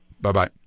Bye-bye